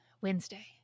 Wednesday